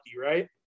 right